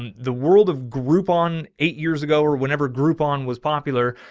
and the world of groupon eight years ago, or whenever groupon was popular,